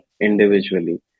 individually